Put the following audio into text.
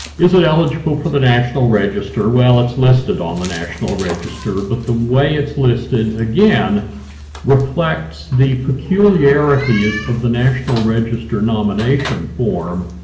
is it eligible for the national register? well it's listed on the national register, but the way it's listed again reflects the peculiarities of the national register nomination form,